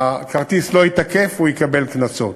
הכרטיס לא יתוקף, והוא יקבל קנסות.